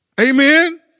Amen